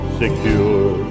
secure